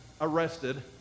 arrested